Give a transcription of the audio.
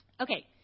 Okay